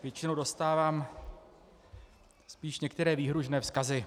Většinou dostávám spíš některé výhrůžné vzkazy.